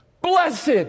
blessed